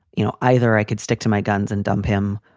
you know, either i could stick to my guns and dump him,